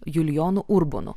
julijonu urbonu